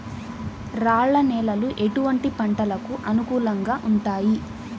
రాళ్ల నేలలు ఎటువంటి పంటలకు అనుకూలంగా ఉంటాయి?